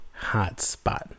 hotspot